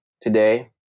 today